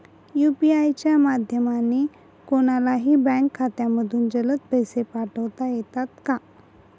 UPI च्या माध्यमाने कोणलाही बँक खात्यामधून जलद पैसे पाठवता येतात का?